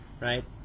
right